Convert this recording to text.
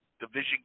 division